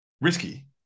Risky